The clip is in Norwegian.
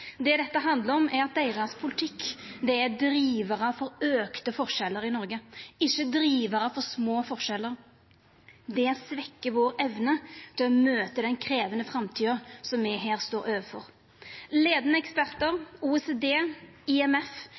Det dette handlar om, er at deira politikk er drivarar for auka forskjellar i Noreg, ikkje drivarar for små forskjellar. Det svekkjer vår evne til å møta den krevjande framtida som me her står overfor. Leiande ekspertar,